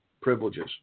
privileges